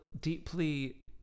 deeply